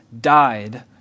died